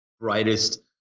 brightest